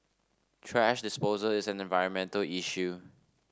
thrash disposal is an environmental issue